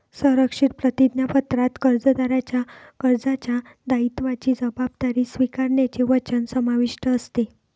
संरक्षित प्रतिज्ञापत्रात कर्जदाराच्या कर्जाच्या दायित्वाची जबाबदारी स्वीकारण्याचे वचन समाविष्ट असते